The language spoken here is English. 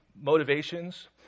motivations